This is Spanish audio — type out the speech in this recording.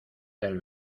del